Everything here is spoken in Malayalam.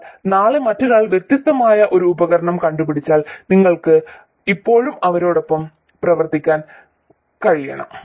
എന്നാൽ നാളെ മറ്റൊരാൾ വ്യത്യസ്തമായ ഒരു ഉപകരണം കണ്ടുപിടിച്ചാൽ നിങ്ങൾക്ക് ഇപ്പോഴും അവരോടൊപ്പം പ്രവർത്തിക്കാൻ കഴിയണം